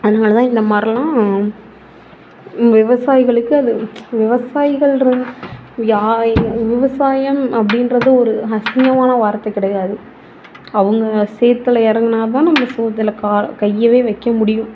அதனால் தான் இந்த மாதிரிலாம் விவசாயிகளுக்கு அது விவசாயிகள் விவசாயம் அப்படின்றது ஒரு அசிங்கமான வார்த்தை கிடையாது அவங்க சேற்றுல இறங்குனாதா நம்ம சோற்றுல கையவே வைக்க முடியும்